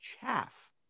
Chaff